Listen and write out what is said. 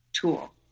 tool